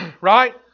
right